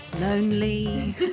lonely